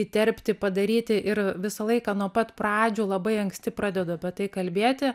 įterpti padaryti ir visą laiką nuo pat pradžių labai anksti pradedu apie tai kalbėti